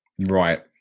Right